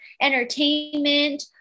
entertainment